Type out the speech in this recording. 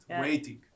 waiting